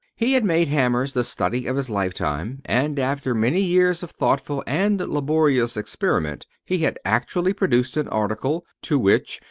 he had made hammers the study of his lifetime, and, after many years of thoughtful and laborious experiment, he had actually produced an article, to which,